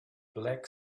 black